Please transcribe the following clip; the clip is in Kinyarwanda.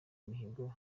imihigo